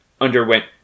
underwent